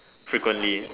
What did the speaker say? frequently